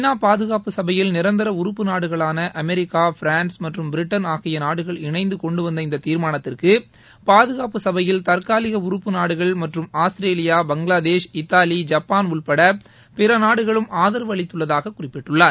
நா பாதுகாப்பு சபையில் நிரந்தர உறுப்பு நாடுகளான அமெரிக்கா பிரான்ஸ் மற்றும் பிரிட்டன் ஆகிய நாடுகள் இணைந்து கொண்டுவந்த இந்த தீர்மானத்திற்கு பாதுகாப்பு சபையில் தற்காலிக உறுப்பு நாடுகள் மற்றும் ஆஸ்திரேலியா பங்களாதேஷ் இத்தாலி ஜப்பான் உள்பட பிற நாடுகளும் ஆதரவு அளித்துள்ளதாக குறிப்பிட்டுள்ளார்